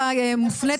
חברת